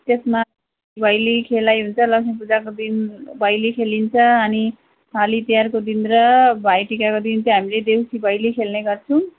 त्यसमा भैली खेलाइहुन्छ लक्ष्मी पूजाको दिन भैली खेलिन्छ अनि हली तिहारको दिन र भाइटिकाको दिन चाहिँ हामीले देउसी भैली खेल्ने गर्छौँ